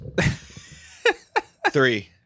three